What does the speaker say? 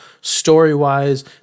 story-wise